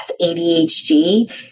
ADHD